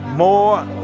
more